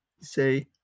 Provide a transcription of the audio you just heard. say